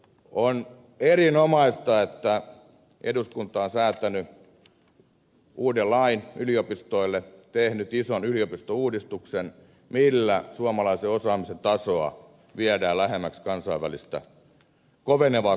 on erinomaista että eduskunta on säätänyt uuden lain yliopistoille tehnyt ison yliopistouudistuksen millä suomalaisen osaamisen tasoa viedään lähemmäksi kovenevaa kansainvälistä kilpailua